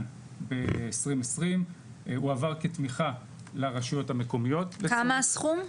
ב-2020 הועבר כתמיכה ברשויות המקומיות כמה הסכום?